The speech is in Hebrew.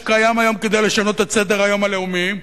שקיים היום כדי לשנות את סדר-היום הלאומי,